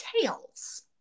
tails